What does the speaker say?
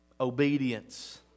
Obedience